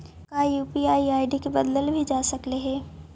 का UPI ID के बदलल भी जा सकऽ हई?